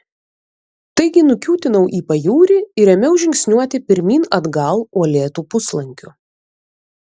taigi nukiūtinau į pajūrį ir ėmiau žingsniuoti pirmyn atgal uolėtu puslankiu